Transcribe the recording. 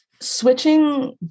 Switching